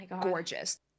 gorgeous